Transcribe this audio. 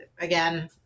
again